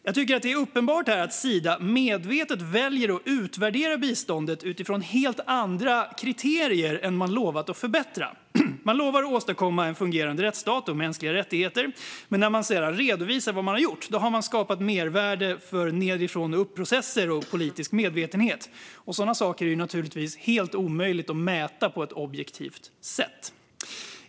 Jag tycker att det är uppenbart att Sida medvetet väljer att utvärdera biståndet utifrån helt andra kriterier än det som man lovat att förbättra. Man lovar att åstadkomma en fungerande rättsstat och mänskliga rättigheter, men när man sedan redovisar vad man har gjort har man skapat mervärde för nedifrån-och-upp-processer och politisk medvetenhet. Sådana saker är naturligtvis helt omöjligt att mäta på ett objektivt sätt.